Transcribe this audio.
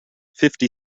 fifty